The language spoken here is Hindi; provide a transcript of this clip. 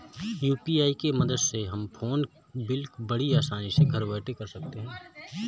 यू.पी.आई की मदद से हम फ़ोन बिल बड़ी आसानी से घर बैठे भर सकते हैं